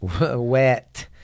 Wet